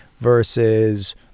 versus